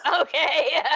okay